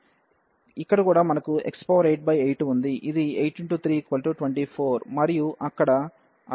ఇక్కడ కూడా మనకు x88ఉంది ఇది 8×324 మరియు అక్కడ అదే ఉన్నది